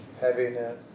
heaviness